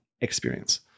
experience